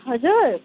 हजुर